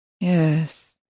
Yes